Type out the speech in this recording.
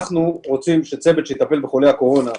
אנחנו רוצים שצוות שיטפל בחולי הקורונה,